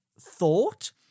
thought